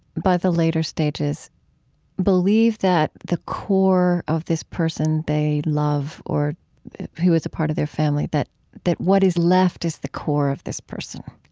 by the later stages believe that the core of this person they love or who was a part of their family, that that what is left is the core of this person.